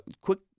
Quick